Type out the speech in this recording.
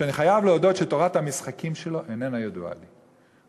שאני חייב להודות שתורת המשחקים שלו איננה ידועה לי,